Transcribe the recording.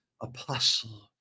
Apostle